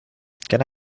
can